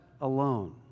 alone